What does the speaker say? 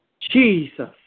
Jesus